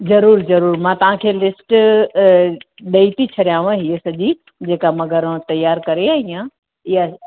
जरूर जरूर मां तांखे लिस्ट अ ॾेई ती छॾियांव हीअ सॼी जेका मां घरु मां तयारु करे आई आयां इआ